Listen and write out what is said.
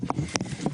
כן.